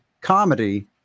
comedy